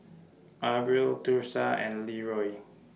Abril Thursa and Leroy